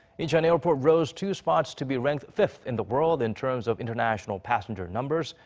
incheon airport rose two spots to be ranked fifth in the world in terms of international passenger numbers.